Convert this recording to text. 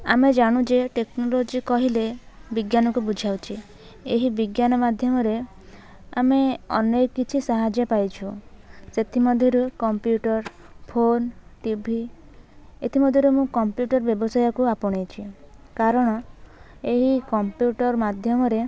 ଆମେ ଜାଣୁ ଯେ ଟେକ୍ନୋଲୋଜି କହିଲେ ବିଜ୍ଞାନକୁ ବୁଝାଉଛି ଏହି ବିଜ୍ଞାନ ମାଧ୍ୟମରେ ଆମେ ଅନେକ କିଛି ସାହାଯ୍ୟ ପାଇଛୁ ସେଥିମଧ୍ୟରୁ କମ୍ପ୍ୟୁଟର୍ ଫୋନ୍ ଟିଭି ଏଥିମଧ୍ୟରୁ ମୁଁ କମ୍ପ୍ୟୁଟର୍ ବ୍ୟବସାୟକୁ ଆପଣେଇଛି କାରଣ ଏହି କମ୍ପ୍ୟୁଟର୍ ମାଧ୍ୟମରେ